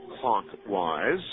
clockwise